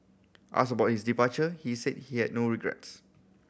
asked about his departure he said he had no regrets